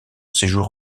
séjour